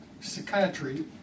psychiatry